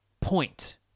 point